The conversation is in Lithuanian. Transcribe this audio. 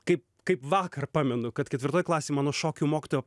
kai kaip vakar pamenu kad ketvirtoj klasėj mano šokių mokytoja